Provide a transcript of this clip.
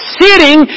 sitting